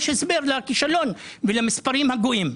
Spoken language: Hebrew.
יש הסבר לכישלון ולמספרים הגבוהים.